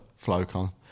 FlowCon